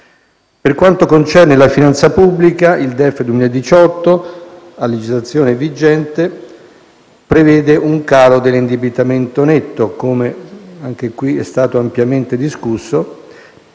Per quanto concerne la finanza pubblica, il DEF 2018 a legislazione vigente prevede un calo dell'indebitamento netto - anche di questo qui si è ampiamente discusso